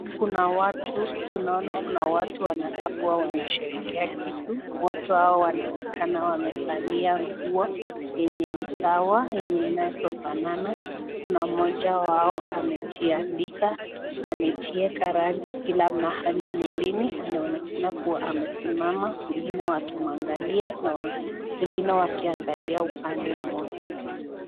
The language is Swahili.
Kuna watu ninaona Kuna watu wanakaa kuwa wanasherehekea kitu, watu Hawa wanaonekana wamevalia nguo yenye ni sawa yenye zinafanana, Kuna Mmoja wao amejiandika amejieka rangi Kila mahali mwilini anaonekana kuwa amesimama wengine wakimwangalia wengine wakiangalia upande moja.